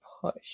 push